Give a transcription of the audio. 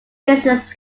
business